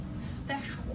special